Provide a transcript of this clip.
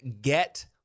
get